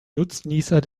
nutznießer